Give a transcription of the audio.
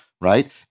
right